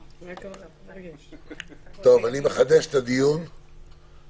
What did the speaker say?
אין לי שום בעיית אמון בתפקידה וביכולותיה של משטרת ישראל.